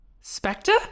Spectre